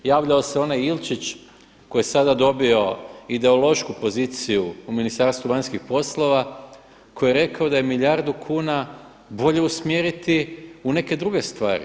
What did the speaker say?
Javljao se onaj Ilčić koji je sada dobio ideološku poziciju u Ministarstvu vanjskih poslova koji će rekao da je milijardu kuna bolje usmjeriti u neke druge stvari.